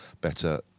better